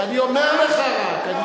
אני אומר לך רק.